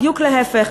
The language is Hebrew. בדיוק להפך,